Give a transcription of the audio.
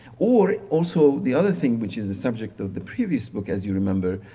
or also the other thing which is the subject of the previous book, as you remember,